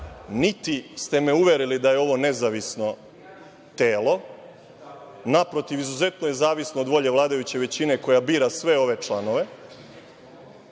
niti ste me uverili da je ovo nezavisno telo. Naprotiv, izuzetno je zavisno od volje vladajuće većine koja bira sve ove članove. Molim